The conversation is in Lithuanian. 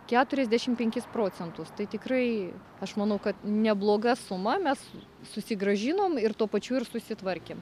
keturiasdešim penkis procentus tai tikrai aš manau kad nebloga suma mes susigrąžinom ir tuo pačiu ir susitvarkėm